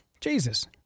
Jesus